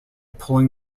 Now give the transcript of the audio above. pulling